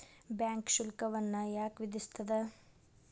Bank ಶುಲ್ಕವನ್ನ ಯಾಕ್ ವಿಧಿಸ್ಸ್ತದ?